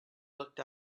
looked